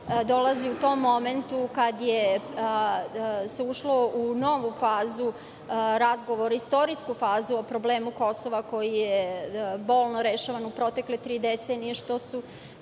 dolazi u tom momentu kada se ušlo u novu fazu razgovora, istorijsku fazu o problemu Kosova, koji je bolno rešavan u protekle tri decenije, što su